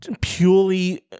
purely